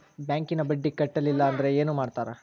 ಬ್ಯಾಂಕಿನ ಬಡ್ಡಿ ಕಟ್ಟಲಿಲ್ಲ ಅಂದ್ರೆ ಏನ್ ಮಾಡ್ತಾರ?